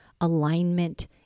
alignment